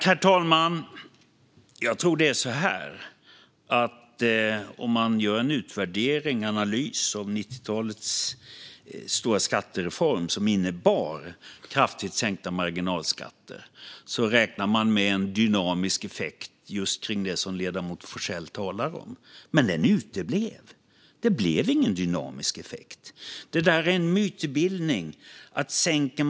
Herr talman! I 90-talets stora skattereform, som innebar kraftigt sänkta marginalskatter, räknade man med en dynamisk effekt just kring det som ledamoten Forssell talar om. När man utvärderar och analyserar reformen kan man dock se att den uteblev. Det blev ingen dynamisk effekt.